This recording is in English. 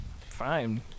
Fine